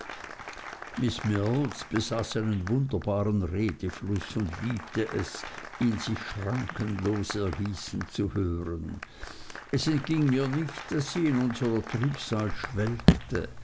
miß mills besaß einen wunderbaren redefluß und liebte es ihn sich schrankenlos ergießen zu hören es entging mir nicht daß sie in unserer trübsal schwelgte